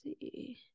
see